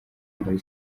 muri